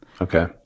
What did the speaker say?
Okay